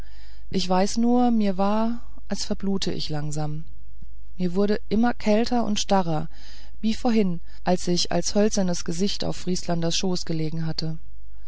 ich weiß nur mir war als verblute ich langsam mir wurde immer kälter und starrer wie vorhin als ich als hölzernes gesicht auf vrieslanders schoß gelegen hatte